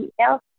else